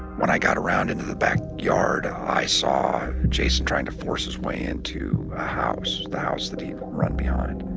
when i got around into the backyard, i saw jason trying to force his way into a house the house that he had run behind.